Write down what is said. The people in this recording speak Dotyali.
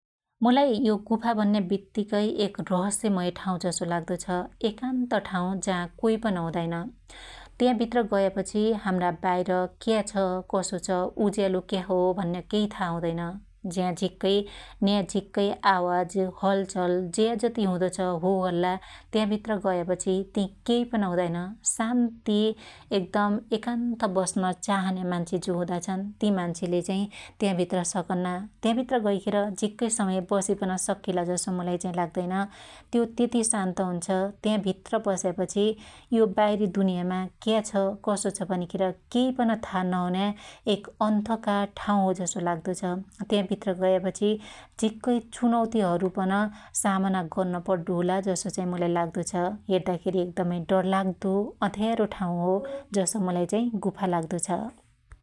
मलाई यो गुफा भन्या बित्तीकै एक रहस्यमय ठाँउ जसो लाग्दो छ । एकान्त ठाँउ जा कोईपन हुदाईन त्या भित्र गयापछि हाम्रा बाइर क्या छ कसो छ उज्यालो क्या हो भन्या केइ था हुदैन ज्या झिक्कै न्या झिक्कै आवाज हलचल ज्या जति हुदो छ हो हल्ला त्या भित्र गयापछि ति केइ पन हुदाईन । शान्ति एकदम एकान्त बस्न चाहने मान्छे जो हुदा छन ति मान्छेले चाइ त्या भित्र सकन्ना त्या भित्र गैखेर झिक्कै समय बसि पन सक्केला जसो मुलाई चाई लाग्दैन् । त्यो त्यति शान्त हुन्छ त्या भित्र पस्यापछि यो बाईरी दुनियामा क्या छ कसो छ भनिखेर केइ पन था नहुन्या एक अन्धकार ठाँउ हो जसो लाग्दो छ । त्या भित्र गयापछि झिक्कै चुनौतिहरु पन सामना गर्नपड्डो होला जसो चाइ मुलाई लाग्दी छ । हेर्दाखेरी एकदमै डर लाग्दो अध्यारो ठाँउ हो जसो मुलाई चाइ गुफा लाग्दो छ ।